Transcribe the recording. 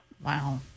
wow